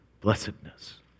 blessedness